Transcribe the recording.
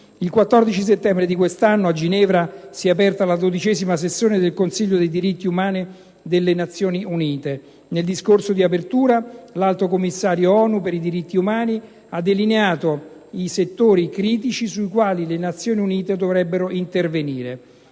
Il 14 settembre di quest'anno si è aperta a Ginevra la XII sessione del Consiglio dei diritti umani delle Nazioni Unite. Nel suo discorso di apertura, l'Alto Commissario ONU per i diritti umani ha delineato i settori critici sui quali le Nazioni Unite dovrebbero intervenire.